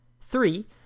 Three